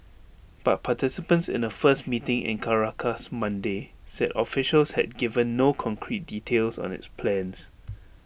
but participants in A first meeting in Caracas Monday said officials had given no concrete details on its plans